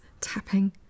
tapping